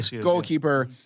goalkeeper